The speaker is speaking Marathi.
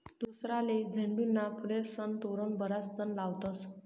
दसराले झेंडूना फुलेस्नं तोरण बराच जण लावतस